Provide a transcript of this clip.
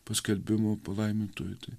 paskelbimo palaimintuoju tai